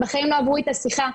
בחיים לא עברו איתה שיחה,